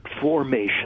formation